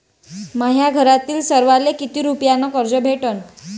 माह्या घरातील सर्वाले किती रुप्यान कर्ज भेटन?